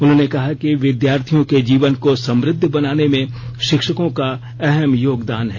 उन्होंने कहा कि विद्यार्थियों के जीवन को समृद्ध बनाने में शिक्षकों का अहम योगदान है